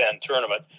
tournament